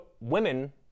women